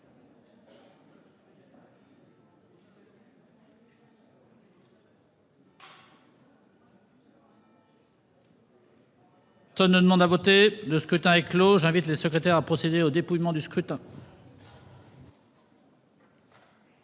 Personne ne demande plus à voter ?... Le scrutin est clos. J'invite Mmes et MM. les secrétaires à procéder au dépouillement du scrutin.